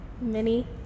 mini